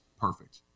perfect